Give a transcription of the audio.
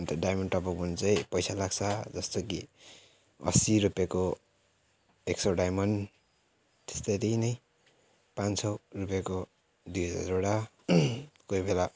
अन्त diamond top up गर्नु चाहिँ लाग्छ जस्तै कि असी रुपेको एक सय डायमन्ड त्यसरी नै पाँच सय रुपेको दुई हजारवटा कोही बेला